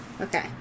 Okay